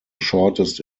shortest